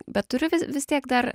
bet turiu vi vis tiek dar